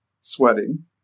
sweating